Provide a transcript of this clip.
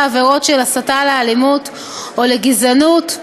עבירות של הסתה לאלימות או לגזענות,